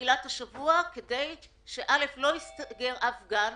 בתחילת השבוע, כדי שלא ייסגר אף גן.